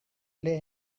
play